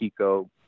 Kiko